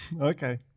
Okay